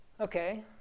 okay